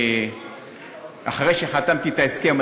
אחרי שחתמתי על ההסכם,